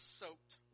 soaked